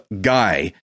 guy